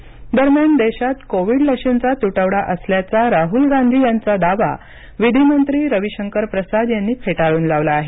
रवी शंकर प्रसाद दरम्यान देशात कोविड लशींचा तुटवडा असल्याचा राहुल गांधी यांचा दावा विधी मंत्री रवी शंकर प्रसाद यांनी फेटाळून लावला आहे